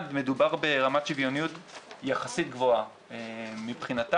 מדובר ברמת שוויוניות יחסית גבוהה מבחינתם,